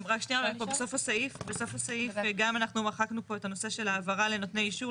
בסוף הסעיף גם אנחנו מחקנו פה את הנושא של העברה לנותני אישור,